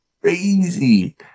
Crazy